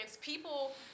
people